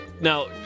now